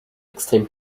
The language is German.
extrem